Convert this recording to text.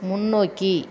முன்னோக்கி